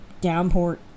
downport